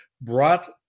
brought